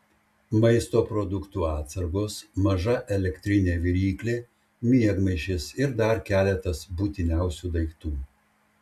maisto produktų atsargos maža elektrinė viryklė miegmaišis ir dar keletas būtiniausių daiktų